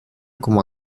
como